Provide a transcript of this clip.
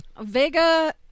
Vega